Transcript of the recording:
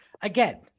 again